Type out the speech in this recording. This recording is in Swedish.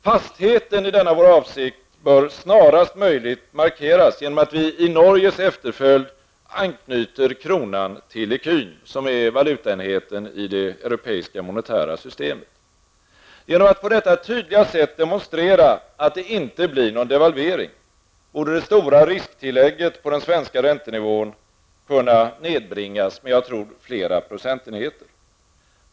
Fastheten i denna vår avsikt bör snarast möjligt markeras genom att vi i Norges efterföljd anknyter kronan till ecun, som är valutaenheten i det europeiska monetära systemet. Genom att på detta tydliga sätt demonstrera att det inte blir någon devalvering, borde det stora risktillägget på den svenska räntenivån kunna nedbringas med -- tror jag -- flera procentenheter.